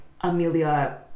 Amelia